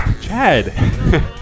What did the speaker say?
Chad